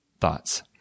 thoughts